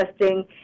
testing